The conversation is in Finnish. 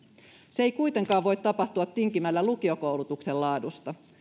se ei kuitenkaan voi tapahtua tinkimällä lukiokoulutuksen laadusta